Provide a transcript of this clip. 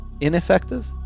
Ineffective